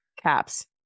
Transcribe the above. caps